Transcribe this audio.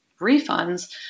refunds